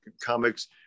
comics